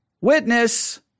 witness